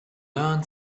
learn